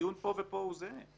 בצורה רצינית.